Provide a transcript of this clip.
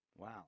Wow